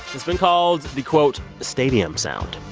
has been called the, quote, stadium sound.